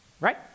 Right